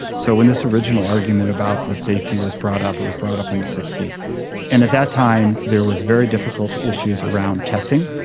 so when this original argument about the safety was brought up, it was brought up in the zero so and at that time there was very difficult issues around testing,